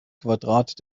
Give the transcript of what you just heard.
quadrat